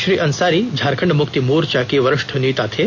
श्री अंसारी झारखंड मुक्ति मोर्चा के वरिष्ठ नेता थे